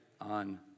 on